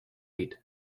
gate